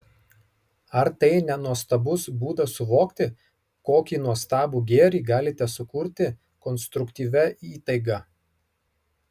ar tai ne nuostabus būdas suvokti kokį nuostabų gėrį galite sukurti konstruktyvia įtaiga